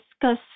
discuss